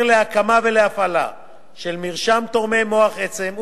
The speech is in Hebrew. להקמה ולהפעלה של מרשם תורמי מוח עצם,